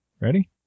Ready